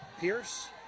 Pierce